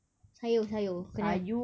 sayur-sayur kena